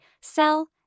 sell